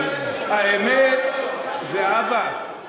האמת, זהבה,